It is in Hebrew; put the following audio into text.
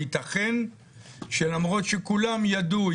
ייתכן שלמרות שכולם ידעו,